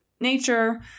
nature